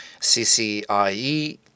CCIE